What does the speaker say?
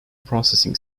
processing